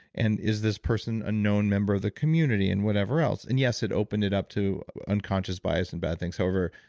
and is this person a known member of the community? and whatever else. and yes it opened it up to unconscious bias and bad things. however,